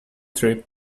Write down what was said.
trip